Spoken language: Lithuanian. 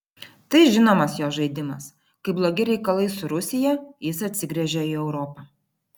tai žinomas jo žaidimas kai blogi reikalai su rusija jis atsigręžia į europą